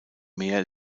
meer